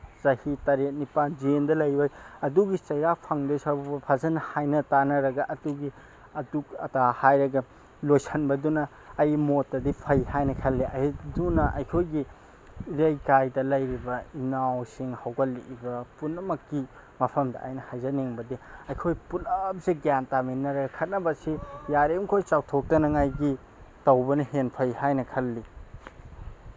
ꯆꯍꯤ ꯇꯔꯦꯠ ꯅꯤꯄꯥꯜ ꯖꯦꯜꯗ ꯂꯩꯕꯩ ꯑꯗꯨꯒꯤ ꯆꯩꯔꯥꯛ ꯐꯪꯗꯣꯏ ꯁꯔꯨꯛ ꯐꯖꯅ ꯍꯥꯏꯅ ꯇꯥꯅꯔꯒ ꯑꯗꯨꯒꯤ ꯑꯗꯨ ꯑꯗꯥ ꯍꯥꯏꯔꯒ ꯂꯣꯏꯁꯟꯕꯗꯨꯅ ꯑꯩ ꯃꯣꯠꯇꯗꯤ ꯐꯩ ꯍꯥꯏꯅ ꯈꯜꯂꯤ ꯑꯗꯨꯅ ꯑꯩꯈꯣꯏꯒꯤ ꯏꯔꯩꯀꯥꯏꯗ ꯂꯩꯔꯤꯕ ꯏꯅꯥꯎꯁꯤꯡ ꯍꯧꯒꯠꯂꯛꯏꯕ ꯄꯨꯝꯅꯃꯛꯀꯤ ꯃꯐꯝꯗ ꯑꯩꯅ ꯍꯥꯏꯖꯅꯤꯡꯕꯗꯤ ꯑꯩꯈꯣꯏ ꯄꯨꯜꯂꯞꯁꯦ ꯒ꯭ꯌꯥꯟ ꯇꯥꯃꯤꯟꯅꯔꯦ ꯈꯠꯅꯕꯁꯤ ꯌꯥꯔꯤꯈꯣꯏ ꯆꯥꯎꯊꯣꯛꯇꯉꯥꯏꯒꯤ ꯇꯧꯕꯅ ꯍꯦꯟ ꯐꯩ ꯍꯥꯏꯅ ꯈꯜꯂꯤ